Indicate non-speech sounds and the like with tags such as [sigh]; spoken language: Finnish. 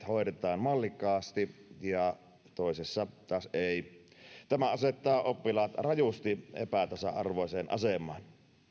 [unintelligible] hoidetaan mallikkaasti ja toisessa taas ei tämä asettaa oppilaat rajusti epätasa arvoiseen asemaan